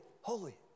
holy